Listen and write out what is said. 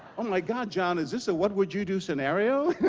oh, my god, john, is this a what would you do scenario?